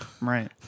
Right